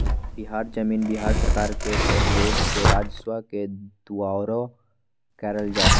बिहार जमीन बिहार सरकार के सहइोग से राजस्व के दुऔरा करल जा हइ